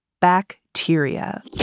bacteria